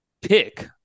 pick